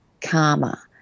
karma